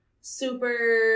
super